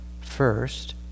first